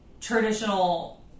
traditional